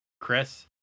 Chris